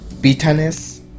bitterness